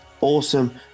Awesome